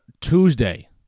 Tuesday